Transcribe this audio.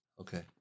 Okay